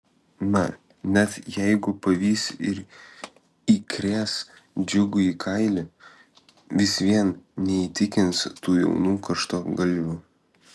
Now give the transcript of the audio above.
na net jeigu pavys ir įkrės džiugui į kailį vis vien neįtikins tų jaunų karštagalvių